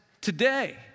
today